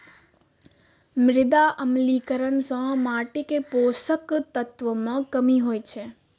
मृदा अम्लीकरण सं माटिक पोषक तत्व मे कमी होइ छै